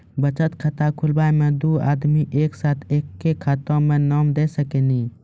बचत खाता खुलाए मे दू आदमी एक साथ एके खाता मे नाम दे सकी नी?